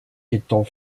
étant